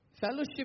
Fellowship